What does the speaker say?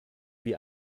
wie